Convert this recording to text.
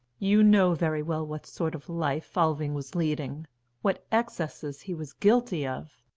you know very well what sort of life alving was leading what excesses he was guilty of.